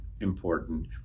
important